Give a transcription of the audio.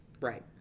Right